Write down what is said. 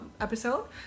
episode